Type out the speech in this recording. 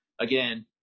again